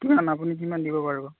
কিমান আপুনি কিমান দিব পাৰিব